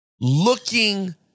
looking